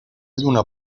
lluna